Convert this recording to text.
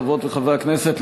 חברות וחברי הכנסת,